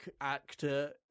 actor